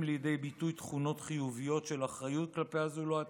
לידי ביטוי תכונות חיוביות של אחריות כלפי הזולת,